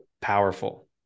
powerful